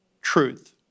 truth